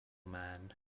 men